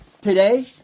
today